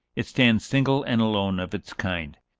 it stands single and alone of its kind,